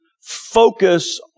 focus